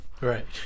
Right